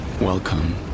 Welcome